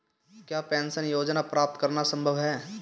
क्या पेंशन योजना प्राप्त करना संभव है?